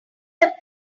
have